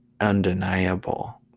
undeniable